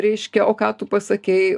reiškia o ką tu pasakei